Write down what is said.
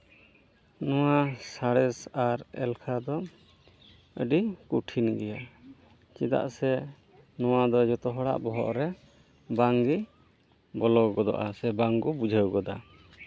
ᱱᱚᱣᱟ ᱥᱟᱬᱮᱥ ᱟᱨ ᱮᱞᱠᱷᱟ ᱫᱚ ᱟᱹᱰᱤ ᱠᱚᱴᱷᱤᱱ ᱜᱮᱭᱟ ᱪᱮᱫᱟᱜ ᱥᱮ ᱱᱚᱣᱟ ᱫᱚ ᱡᱚᱛᱚ ᱦᱚᱲᱟᱜ ᱵᱚᱦᱚᱜ ᱨᱮ ᱵᱟᱝᱜᱮ ᱵᱚᱞᱚ ᱜᱚᱫᱚᱜᱼᱟ ᱥᱮ ᱵᱟᱝ ᱠᱚ ᱵᱩᱡᱷᱟᱹᱣ ᱜᱚᱫᱟ